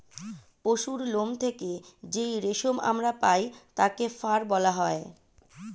পশুর লোম থেকে যেই রেশম আমরা পাই তাকে ফার বলা হয়